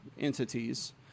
entities